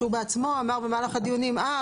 שהוא בעצמו אמר במהלך הדיונים 'אה,